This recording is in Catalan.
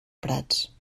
prats